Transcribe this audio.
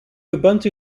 ubuntu